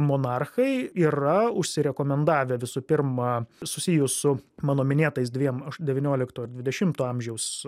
monarchai yra užsirekomendavę visų pirma susijus su mano minėtais dviem devyniolikto dvidešimto amžiaus